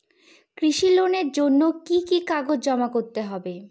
কৃষি লোনের জন্য কি কি কাগজ জমা করতে হবে?